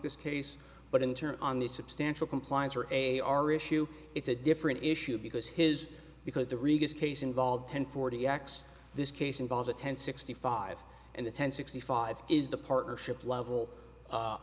this case but in turn on the substantial compliance or a our issue it's a different issue because his because the regus case involved ten forty x this case involves a ten sixty five and the ten sixty five is the partnership level